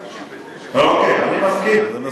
מצב ש-91 ו-99 זה אותו דבר, אני מסכים.